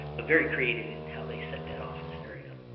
very creative in how they set that office area up.